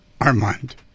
Armand